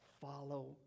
follow